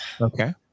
Okay